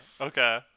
Okay